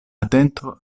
atento